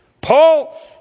Paul